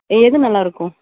எ எது நல்லாயிருக்கும்